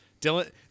Dylan